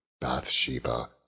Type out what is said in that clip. Bathsheba